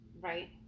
right